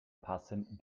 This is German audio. passenden